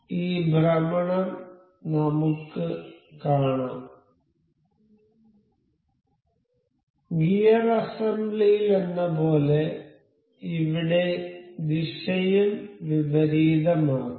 ഈ ഭ്രമണം നമുക്ക് കാണാം ഗിയർ അസംബ്ലിയിലെന്നപോലെ ഇവിടെ ദിശയും വിപരീതമാക്കാം